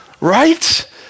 Right